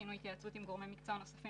עשינו התייעצות עם גורמי מקצוע נוספים